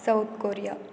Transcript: South Korea